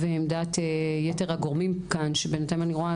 ועמדת יתר הגורמים כאן שבינתיים אני רואה